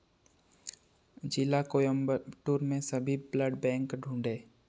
जिला कोयंबटूर में सभी ब्लड बैंक ढूँढे